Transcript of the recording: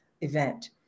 event